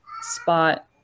spot